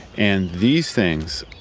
and these things,